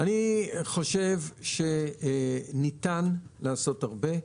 אני חושב שניתן לעשות הרבה.